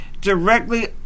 directly